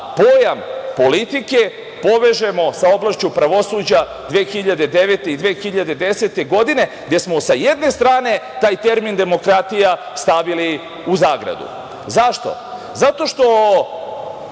pojam politike povežemo sa oblašću pravosuđa 2009. i 2010. godine gde smo, sa jedne strane taj termin demokratija stavili u zagradu. Zašto? Zato što,